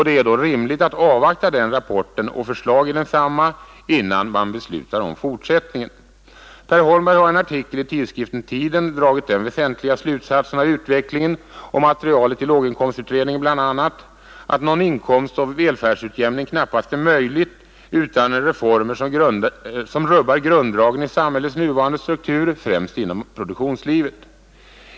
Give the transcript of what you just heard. Det är då rimligt att avvakta den rapporten och förslagen i densamma, innan man beslutar om fortsättningen. Per Holmberg har i en artikel i tidskriften Tiden dragit den väsentliga slutsatsen av utvecklingen och materialet i låginkomstutredningen att någon inkomstoch välfärdsutjämning knappast är möjlig utan reformer som rubbar grunddragen i samhällets nuvarande struktur — främst inom produktionslivet.